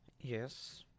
Yes